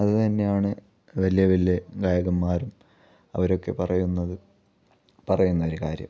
അത് തന്നെയാണ് വലിയ വലിയ ഗായകന്മാരും അവരൊക്കെ പറയുന്നത് പറയുന്നൊരു കാര്യം